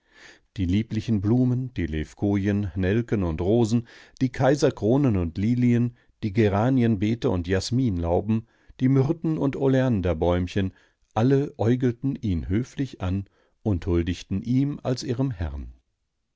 die lieblichen blumen die levkoyen nelken und rosen die kaiserkronen und lilien die geranienbeete und jasminlauben die myrten und oleanderbäumchen alle äugelten ihn höflich an und huldigten ihm als ihrem herrn